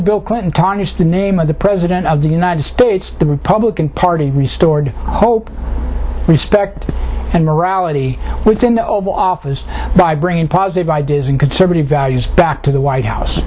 bill clinton tarnished the name of the president of the united states the republican party restored hope respect and morality within the oval office by bringing positive ideas and conservative values back to the white house